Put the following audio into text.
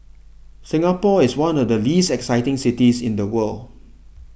Singapore is one of the least exciting cities in the world